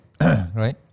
Right